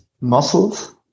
muscles